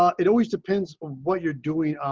um it always depends on what you're doing.